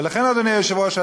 ולכן אדוני היושב-ראש,